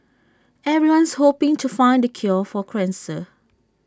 everyone's hoping to find the cure for cancer